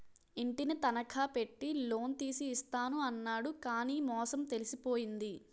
ఇంటిని తనఖా పెట్టి లోన్ తీసి ఇస్తాను అన్నాడు కానీ మోసం తెలిసిపోయింది